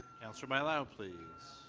councillor bailao, please.